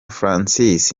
francis